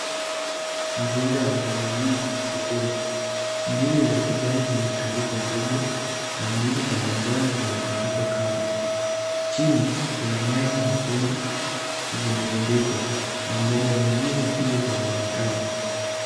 Mzinga wa ndizi nyingi sokoni. Ndizi za kijani zimetundikwa kubwa na ndizi za manjano zimetundikwa kamba. Chini kuna nyanya nyekundu zimerundikwa na mboga nyingine pia zinaonekana.